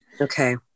Okay